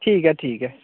ठीक ऐ ठीक ऐ